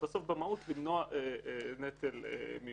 בסוף במהות למנוע נטל מיותר.